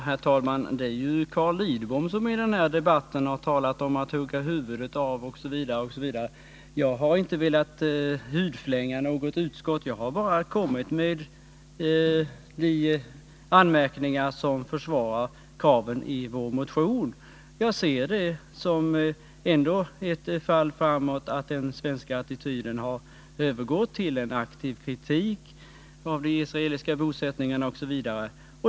Herr talman! Det är ju Carl Lidbom som i den här debatten har talat om att ”hugga huvudet av”, osv.; jag har inte velat hudflänga något utskott. Jag har bara kommit med de anmärkningar som försvarar kraven i vår motion. Jag ser det emellertid ändå som ett fall framåt att den svenska attityden har övergått till en aktiv kritik av de israeliska bosättningarna osv.